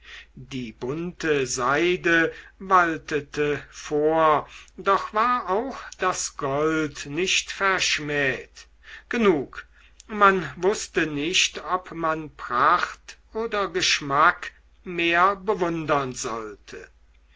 die bunte seide waltete vor doch war auch das gold nicht verschmäht genug man wußte nicht ob man pracht oder geschmack mehr bewundern sollte